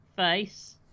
face